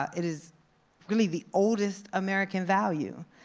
ah it is really the oldest american value,